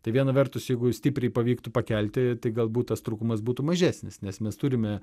tai viena vertus jeigu stipriai pavyktų pakelti tai galbūt tas trūkumas būtų mažesnis nes mes turime